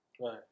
Right